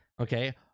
Okay